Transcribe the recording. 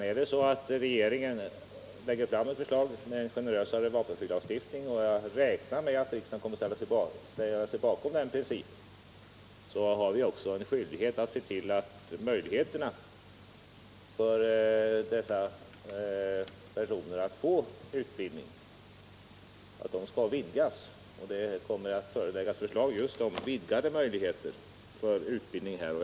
Är det så att regeringen lägger fram ett förslag till en generösare vapenfrilagstiftning — som jag räknar med att riksdagen kommer att ställa sig bakom — har vi också skyldighet att se till att möjligheterna för dessa personer att få utbildning vidgas. Det kommer att framläggas förslag om just vidgade möjligheter till utbildning.